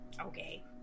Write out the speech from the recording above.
okay